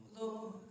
Lord